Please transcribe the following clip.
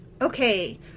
Okay